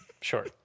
Sure